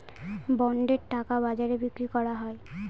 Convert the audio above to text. বন্ডের টাকা বাজারে বিক্রি করা হয়